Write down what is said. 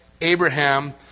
Abraham